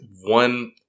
one